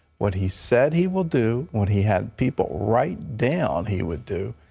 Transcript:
what he said he will do, what he had people write down he will do,